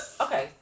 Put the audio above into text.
Okay